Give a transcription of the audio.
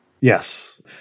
Yes